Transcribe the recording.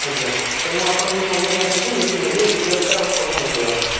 ଆଜ୍ଞା ତ ମୁଁ ଆପଣଙ୍କୁ ସନ୍ଧ୍ୟାରେ ଆସିକି ମିଶି ନେବି ଡ଼ିଟେଲସ୍ଟା ଆଉ କଥା ହେଇଯିବା